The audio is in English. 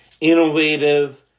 innovative